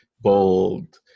bold